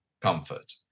comfort